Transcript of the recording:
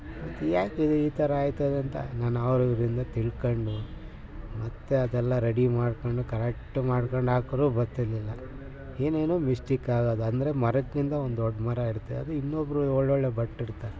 ಅದ್ಯಾಕೆ ಈ ಥರ ಆಯ್ತದಂಥ ನಾನು ಅವರಿವ್ರಿಂದ ತಿಳ್ಕೊಂಡು ಮತ್ತು ಅದೆಲ್ಲ ರೆಡಿ ಮಾಡ್ಕೊಂಡು ಕರೆಕ್ಟ್ ಮಾಡ್ಕೊಂಡು ಹಾಕ್ದ್ರೂ ಬರ್ತಿರ್ಲಿಲ್ಲ ಏನೇನೋ ಮಿಸ್ಟಿಕ್ ಆಗೋದು ಅಂದರೆ ಮರಕ್ಕಿಂತ ಒಂದು ದೊಡ್ಡ ಮರ ಇರುತ್ತೆ ಅದು ಇನ್ನೊಬ್ಬರು ಒಳ್ಳೊಳ್ಳೆ ಭಟ್ರು ಇರ್ತಾರೆ